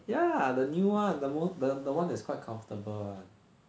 yeah the new [one] the most the the one that is quite comfortable [one]